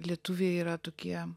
lietuviai yra tokie